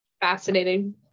fascinating